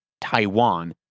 Taiwan